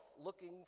looking